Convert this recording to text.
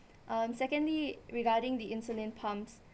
um secondly regarding the insulin pumps